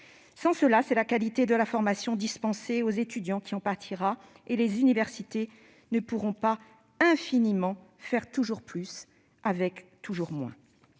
À défaut, c'est la qualité de la formation dispensée aux étudiants qui en partira. Les universités ne pourront pas infiniment faire toujours plus avec toujours moins.